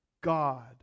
God